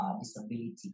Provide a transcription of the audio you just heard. disability